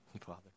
Father